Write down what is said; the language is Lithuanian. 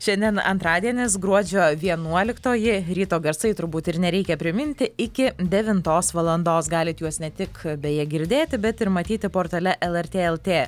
šiandien antradienis gruodžio vienuoliktoji ryto garsai turbūt ir nereikia priminti iki devintos valandos galite juos ne tik beje girdėti bet ir matyti portale lrt lt